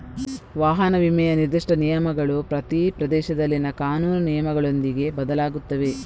ವಾಹನ ವಿಮೆಯ ನಿರ್ದಿಷ್ಟ ನಿಯಮಗಳು ಪ್ರತಿ ಪ್ರದೇಶದಲ್ಲಿನ ಕಾನೂನು ನಿಯಮಗಳೊಂದಿಗೆ ಬದಲಾಗುತ್ತವೆ